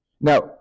Now